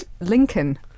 Lincoln